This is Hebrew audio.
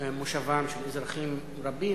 מושבם של אזרחים רבים.